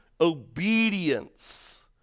obedience